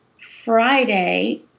Friday